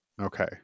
Okay